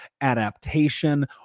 adaptation